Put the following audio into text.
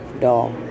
dog